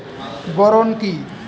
Boron কি?